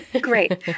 Great